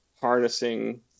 harnessing